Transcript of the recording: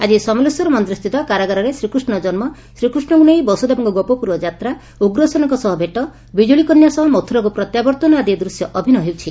ଆକି ସମଲେଶ୍ୱର ମନ୍ଦିରସ୍ଥିତ କାରାଗାରରେ ଶ୍ରୀକୃଷ୍ ଜନ୍କ ଶ୍ରୀକୃଷ୍ଷଙ୍କୁ ନେଇ ବସୁଦେବଙ୍କ ଗୋପପୁର ଯାତ୍ରା ଉଗ୍ରସେନଙ୍କ ସହ ଭେଟ ବିଜୁଳିକନ୍ୟା ସହ ମଥୁରାକୁ ପ୍ରତ୍ୟାବର୍ଭନ ଆଦି ଦୂଶ୍ୟ ଅଭିନୟ ହେଉଛି